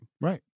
Right